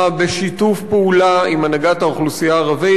בשיתוף פעולה עם הנהגת האוכלוסייה הערבית,